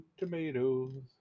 tomatoes